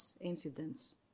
incidents